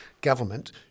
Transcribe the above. government